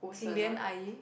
Jing-Lian 阿姨:ayi